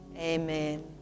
Amen